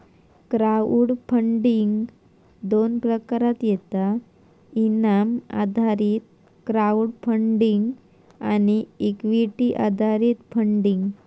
crowd funding दोन प्रकारात येता इनाम आधारित क्राउड फंडिंग आणि इक्विटी आधारित फंडिंग